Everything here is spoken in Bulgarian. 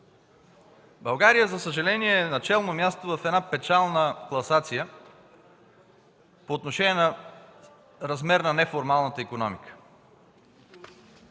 България е на челно място в една печална класация по отношение на размер на неформалната икономика.